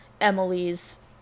Emily's